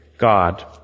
God